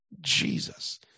Jesus